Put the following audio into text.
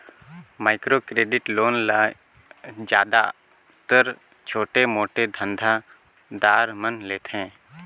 micro credit loan ल जादातर छोटे मोटे धंधा दार मन लेथें